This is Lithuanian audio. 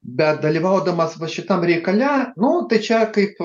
bet dalyvaudamas va šitam reikale nu tai čia kaip